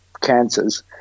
cancers